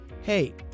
Hey